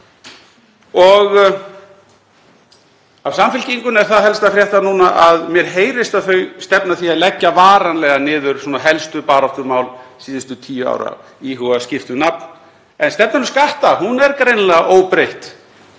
Af Samfylkingunni er það helst að frétta að mér heyrist að þau stefni að því að leggja varanlega niður helstu baráttumál síðustu tíu ára, íhugi að skipta um nafn en stefnan um skatta er greinilega óbreytt.